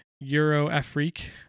Euro-Afrique